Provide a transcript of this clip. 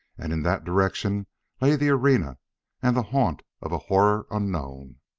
and in that direction lay the arena and the haunt of a horror unknown.